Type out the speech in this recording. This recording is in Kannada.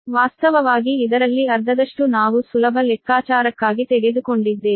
ವಾಸ್ತವವಾಗಿ ಇದರಲ್ಲಿ ಅರ್ಧದಷ್ಟು ನಾವು ಸುಲಭ ಲೆಕ್ಕಾಚಾರಕ್ಕಾಗಿ ತೆಗೆದುಕೊಂಡಿದ್ದೇವೆ